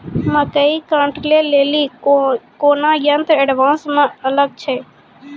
मकई कांटे ले ली कोनो यंत्र एडवांस मे अल छ?